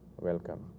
Welcome